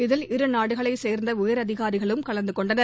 இதில் இருநாடுகளை சேர்ந்த உயர் அதிகாரிகளும் கலந்துகொண்டனர்